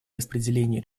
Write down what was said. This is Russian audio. распределение